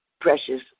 precious